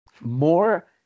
More